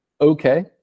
okay